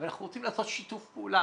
אבל אנחנו רוצים לעשות שיתוף פעולה,